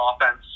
offense